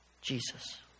Jesus